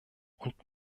und